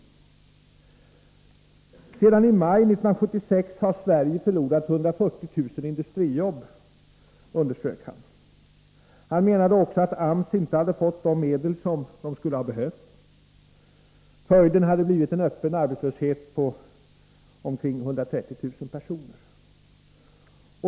Sedan i maj 1976 har Sverige förlorat 140 000 industrijobb, underströk han. Han menade också att AMS inte hade fått de medel som man skulle ha behövt. Följden hade blivit en öppen arbetslöshet på 130 000 personer.